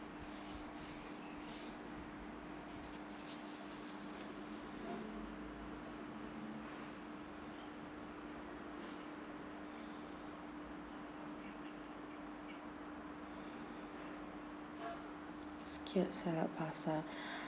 scaled salad pasta